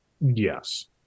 yes